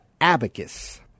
Abacus